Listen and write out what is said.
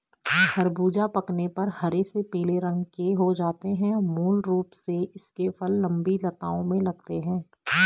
ख़रबूज़ा पकने पर हरे से पीले रंग के हो जाते है मूल रूप से इसके फल लम्बी लताओं में लगते हैं